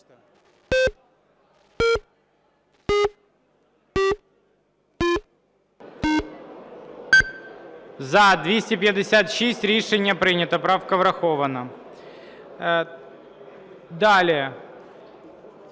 За-256 Рішення прийнято. Правка врахована. Далі